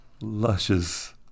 Luscious